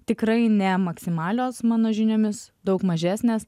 tikrai ne maksimalios mano žiniomis daug mažesnės